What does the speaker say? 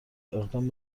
اقدام